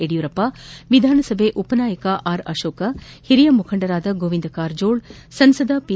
ಯಡಿಯೂರಪ್ಪ ವಿಧಾನ ಸಭೆಯ ಉಪನಾಯಕ ಆರ್ ಅಶೋಕ್ ಹಿರಿಯ ಮುಖಂಡರಾದ ಗೋವಿಂದ ಕಾರಜೋಳ ಸಂಸದ ಪಿ